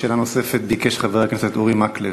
שאלה נוספת ביקש חבר הכנסת אורי מקלב,